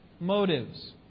motives